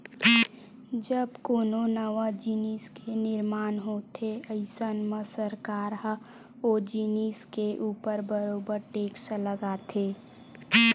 जब कोनो नवा जिनिस के निरमान होथे अइसन म सरकार ह ओ जिनिस के ऊपर बरोबर टेक्स लगाथे